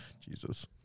jesus